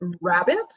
rabbit